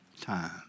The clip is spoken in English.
time